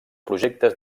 projectes